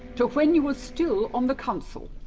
to when you were still on the council.